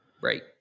Right